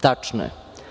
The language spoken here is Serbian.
Tačno je.